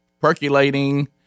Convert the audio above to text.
percolating